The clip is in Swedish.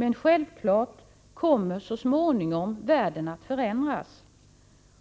Men självklart kommer så småningom världen att förändras,